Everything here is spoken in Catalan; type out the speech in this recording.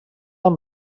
amb